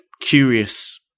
Curious